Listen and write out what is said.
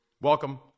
Welcome